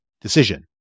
decision